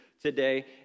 today